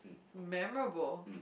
memorable